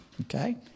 Okay